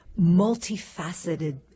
multifaceted